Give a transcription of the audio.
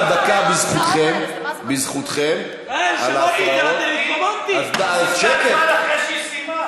עוד לא נכנסת ואתה כבר צועק.